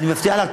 אני מבטיח לך,